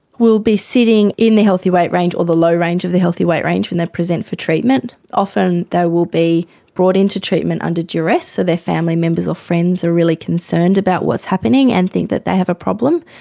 will be sitting in the healthy weight range or the low range of the healthy weight range when they present for treatment. often they will be brought into treatment under duress, so their family members or friends are really concerned about what's happening and think that they have a problem,